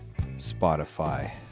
Spotify